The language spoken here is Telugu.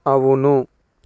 అవును